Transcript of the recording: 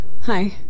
Hi